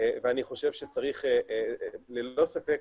היא קשורה בשינויים שהנגיף יעשה ועד כמה השינויים